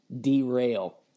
derail